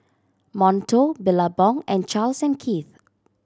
Monto Billabong and Charles and Keith